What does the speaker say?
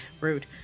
Rude